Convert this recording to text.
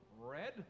red